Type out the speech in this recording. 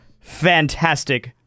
fantastic